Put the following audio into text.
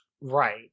Right